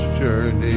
journey